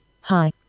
Hi